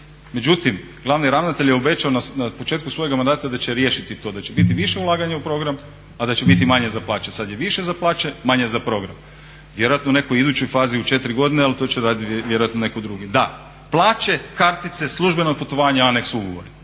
Međutim, glavni ravnatelj je obećao na početku svojega mandata da će riješiti to, da će biti više ulaganja u program a da će biti manje za plaće. Sad je više za plaće, manje za program. Vjerojatno u nekoj idućoj fazi u 4 godine, ali to će raditi vjerojatno netko drugi. Da, plaće, kartice, službena putovanja, aneks ugovora